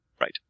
Right